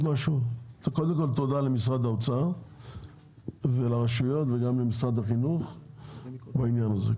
קודם כל תודה למשרד האוצר ולרשויות וגם למשרד החינוך בעניין הזה.